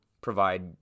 provide